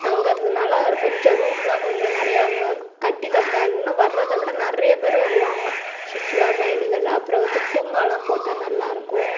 தங்கறதுனால கொஞ்சம் ரூம் எல்லாம் கொஞ்சம் நிறைய அவங்க கட்டி தந்தால் இன்னும் வர்றதைவிட நிறைய பேர் வருவாங்க சுற்றுலா பயணிகள் அப்புறம் வந்து பூங்கால்லாம் போட்டால் நல்லா இருக்கும்